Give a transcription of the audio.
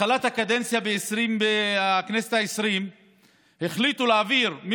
בתחילת הקדנציה בכנסת העשרים החליטו להעביר את